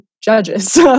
judges